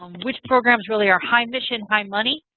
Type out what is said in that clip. which programs really are high mission, high money?